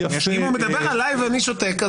הוא מדבר עליי ואני שותק.